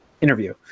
interview